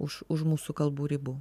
už už mūsų kalbų ribų